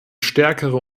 stärkere